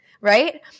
right